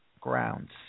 grounds